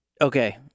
Okay